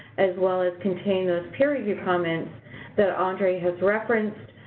as well as contain those peer review comments that andre has referenced,